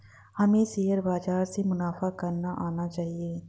हमें शेयर बाजार से मुनाफा करना आना चाहिए